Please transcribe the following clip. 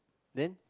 then